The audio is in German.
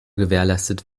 gewährleistet